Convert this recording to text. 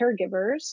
caregivers